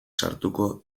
sartuko